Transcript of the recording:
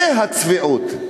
זו הצביעות.